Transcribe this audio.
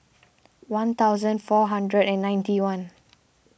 one thousand four hundred and ninety one